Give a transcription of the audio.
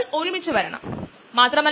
സാധാരണ ചെയ്യുന്നതും അതാണ്